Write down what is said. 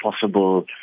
possible